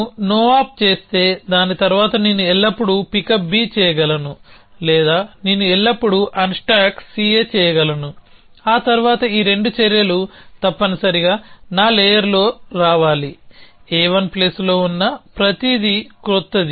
నేను no op చేస్తే దాని తర్వాత నేను ఎల్లప్పుడూ పికప్ B చేయగలను లేదా నేను ఎల్లప్పుడూ అన్స్టాక్ ca చేయగలను ఆ తర్వాత ఈ రెండు చర్యలు తప్పనిసరిగా నా లేయర్లో రావాలి a1 ప్లస్లో ఉన్న ప్రతిదీ కొత్త